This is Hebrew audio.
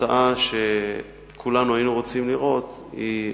התוצאה שכולנו היינו רוצים לראות היא אחת.